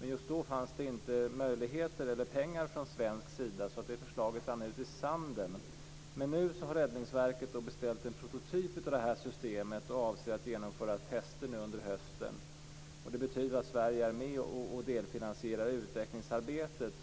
men just då fanns det inte möjligheter eller pengar i Sverige. Därför rann det förslaget ut i sanden. Men nu har Räddningsverket beställt en prototyp av det här systemet och avser att genomföra tester under hösten. Det betyder att Sverige är med och delfinansierar utvecklingsarbetet.